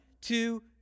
two